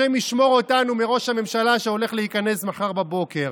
השם ישמור אותנו מראש הממשלה שהולך להיכנס מחר בבוקר.